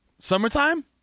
summertime